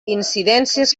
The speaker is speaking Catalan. incidències